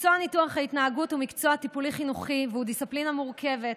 מקצוע ניתוח ההתנהגות הוא מקצוע טיפולי-חינוכי והוא דיסציפלינה מורכבת,